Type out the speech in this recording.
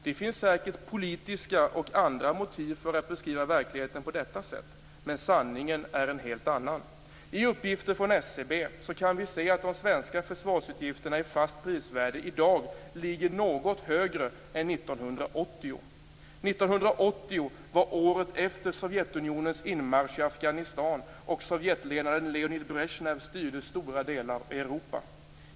Det finns säkert politiska och andra motiv för att beskriva verkligheten på detta sätt, men sanningen är en helt annan. I uppgifter från SCB kan vi se att de svenska försvarsutgifterna, i fast prisvärde, i dag ligger något högre än 1980. År 1980 var året efter Sovjetunionens inmarsch i Afghanistan, och sovjetledaren Leonid Brezjnev styrde stora delar av Europa.